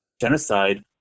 genocide